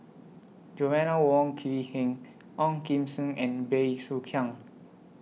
Joanna Wong Quee Heng Ong Kim Seng and Bey Soo Khiang